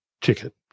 ticket